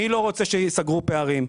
מי לא רוצה שייסגרו פערים?